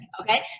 okay